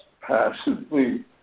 passively